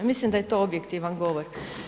Mislim da je to objektivan govor.